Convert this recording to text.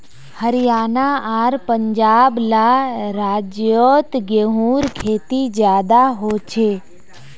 हरयाणा आर पंजाब ला राज्योत गेहूँर खेती ज्यादा होछे